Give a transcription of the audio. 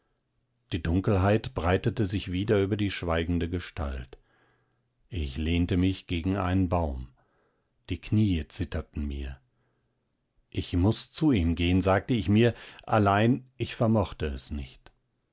die dunkelheit breitete sich wieder über die schweigende gestalt ich lehnte mich gegen einen baum die knie zitterten mir ich muß zu ihm gehen sagte ich mir allein ich vermochte es nicht